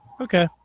Okay